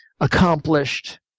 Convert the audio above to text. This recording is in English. accomplished